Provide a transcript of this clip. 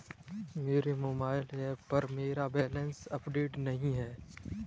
मेरे mobile app पर मेरा बैलेंस अपडेट नहीं है